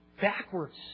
backwards